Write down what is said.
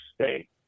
state